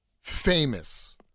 famous